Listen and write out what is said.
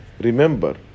remember